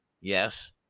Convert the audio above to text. Yes